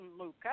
Luca